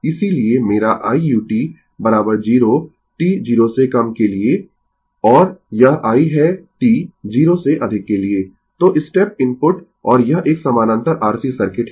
इसीलिए मेरा i u t 0 t 0 से कम के लिए और यह i है t 0 से अधिक के लिए तो स्टेप इनपुट और यह एक समानांतर R C सर्किट है